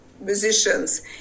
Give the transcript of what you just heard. musicians